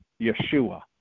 Yeshua